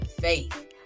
faith